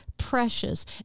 precious